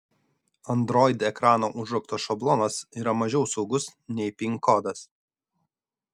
android ekrano užrakto šablonas yra mažiau saugus nei pin kodas